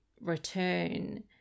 return